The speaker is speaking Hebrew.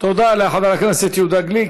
תודה לחבר הכנסת יהודה גליק.